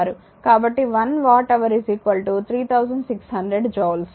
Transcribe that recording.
కాబట్టి 1 watt hour 3600 joules